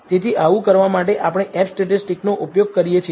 તેથી આવું કરવા માટે આપણે F સ્ટેટિસ્ટિક ઉપયોગ કરીએ છીએ